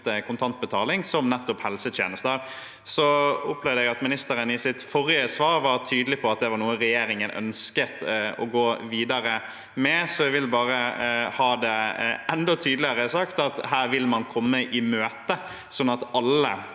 kontantbetaling, enn nettopp helsetjenester. Jeg opplever at ministeren i sitt forrige svar var tydelig på at det var noe regjeringen ønsket å gå videre med, så jeg vil bare ha det enda tydeligere sagt at man vil komme det i møte, sånn at alle